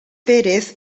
pérez